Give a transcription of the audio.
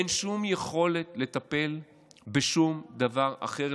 אין שום יכולת לטפל בשום דבר אחר,